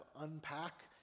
unpack